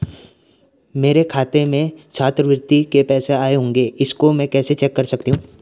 मेरे खाते में छात्रवृत्ति के पैसे आए होंगे इसको मैं कैसे चेक कर सकती हूँ?